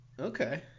Okay